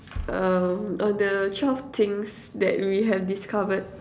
um on the twelve things that we have discovered